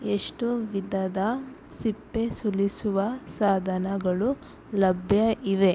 ಎಷ್ಟು ವಿಧದ ಸಿಪ್ಪೆ ಸುಲಿಸುವ ಸಾಧನಗಳು ಲಭ್ಯ ಇವೆ